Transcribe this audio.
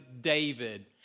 David